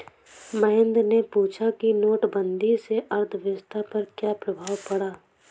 महेंद्र ने पूछा कि नोटबंदी से अर्थव्यवस्था पर क्या प्रभाव पड़ा